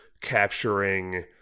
capturing